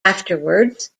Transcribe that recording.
afterwards